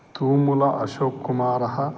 तूमुलः अशोककुमारः